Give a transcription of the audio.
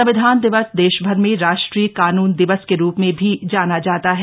संविधान दिवस देशभर में राष्ट्रीय कानून दिवस के रूप में भी जाना जाता है